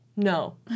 No